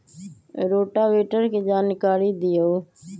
Rotavator के जानकारी दिआउ?